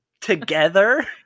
together